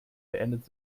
beendet